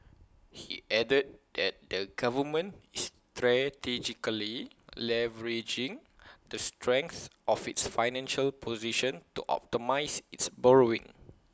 he added that the government is strategically leveraging the strength of its financial position to optimise its borrowing